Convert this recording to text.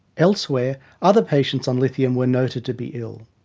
elsewhere other patients on lithium were noted to be ill.